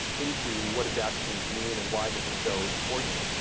into what adaptogens mean and why this is so important.